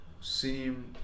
seem